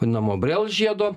vadinamo brel žiedo